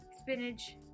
spinach